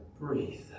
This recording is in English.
breathe